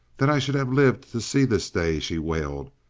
that i should have lived to see this day! she wailed.